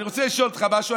אני רוצה לשאול אותך משהו.